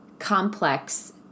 complex